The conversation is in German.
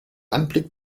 anblick